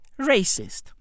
racist